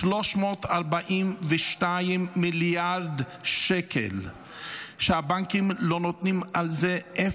342 מיליארד שקל שהבנקים לא נותנים עליהם,